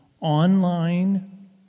Online